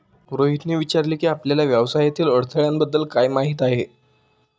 रोहितने विचारले की, आपल्याला व्यवसायातील अडथळ्यांबद्दल काय माहित आहे?